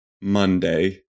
Monday